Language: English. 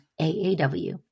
AAW